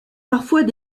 parfois